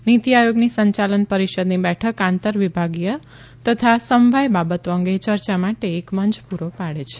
નીતી આયોગની સંચાલન પરીષદની બેઠક આંતર વિભાગીય તથા સમવાય બાબતો અંગે ચર્ચા માટે એક મંચ પુરો પાડે છે